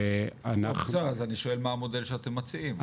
אז אני שואל מה המודל שאתם מציעים?